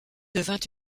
devint